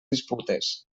disputes